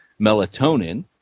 melatonin